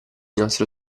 nostro